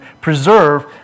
preserve